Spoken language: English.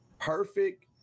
perfect